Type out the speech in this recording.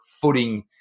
footing